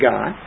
God